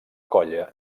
colla